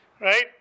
right